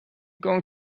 going